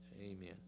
amen